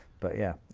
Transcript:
but yeah,